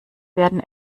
werden